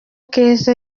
keza